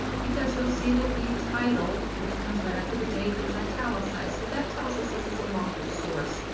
because you'll see that the title, which comes right after the date, is italicized. so that tells us this is a longer source.